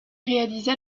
réalisa